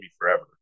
forever